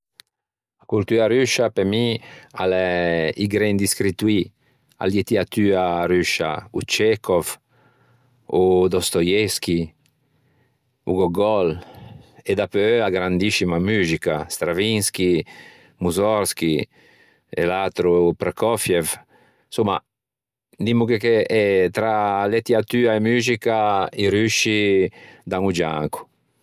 A coltua ruscia pe mi a l'é i grendi scrittoî, a lettiatua ruscia, o Chechov, o Dostoevskij, o Gogol e dapeu a grandiscima muxica o Stravinskij, Musorgskij, e l'atro o Prokof'ev, insomma dimmoghe che eh tra lettiatua e muxica i rusci dan o gianco.